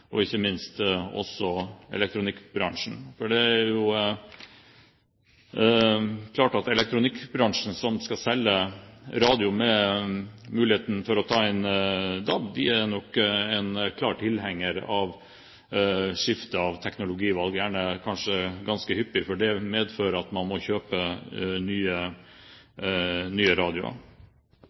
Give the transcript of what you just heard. elektronikkbransjen, som skal selge radioer med muligheten for å ta inn DAB, nok er en klar tilhenger av skifte av teknologivalg – gjerne kanskje ganske hyppig, for det medfører at man må kjøpe nye radioer.